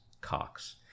Cox